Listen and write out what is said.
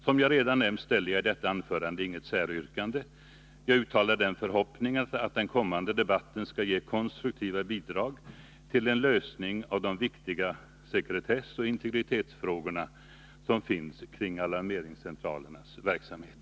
Som jag redan nämnt ställer jag i detta anförande inget säryrkande. Jag uttalar den förhoppningen att den kommande debatten skall ge konstruktiva bidrag till en lösning av de viktiga sekretessoch integritetsfrågor som finns kring alarmeringscentralernas verksamhet.